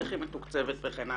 איך היא מתוקצבת וכן הלאה.